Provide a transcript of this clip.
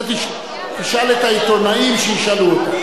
זה תשאל את העיתונאים, שישאלו.